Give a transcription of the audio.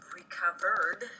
recovered